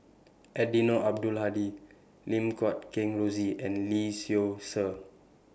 Eddino Abdul Hadi Lim Guat Kheng Rosie and Lee Seow Ser